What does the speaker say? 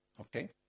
Okay